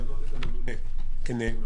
למנות את הממונה כנאמן,